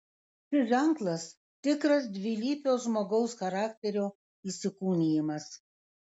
šis ženklas tikras dvilypio žmogaus charakterio įsikūnijimas